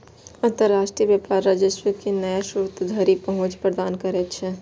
अंतरराष्ट्रीय व्यापार राजस्व के नया स्रोत धरि पहुंच प्रदान करै छै